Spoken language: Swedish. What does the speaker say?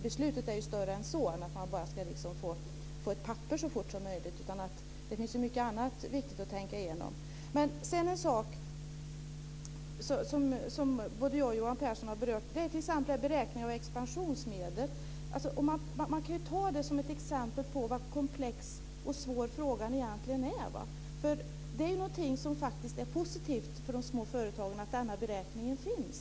Beslutet är större än så, att man bara ska få ett papper så fort som möjligt. Det finns mycket annat viktigt att tänka igenom. Både Johan Pehrson och jag har berört beräkningen av expansionsmedel. Man kan ta det som ett exempel på att frågan är svår och komplex. Det är positivt för de små företagen att den beräkningen finns.